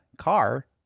car